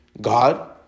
God